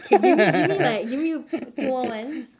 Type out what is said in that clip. okay give me give me like give me two more months